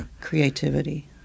creativity